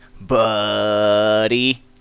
buddy